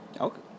okay